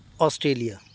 Australia